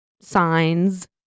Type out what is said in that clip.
signs